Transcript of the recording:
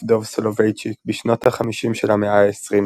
דב סולובייצ'יק בשנות ה-50 של המאה ה-20,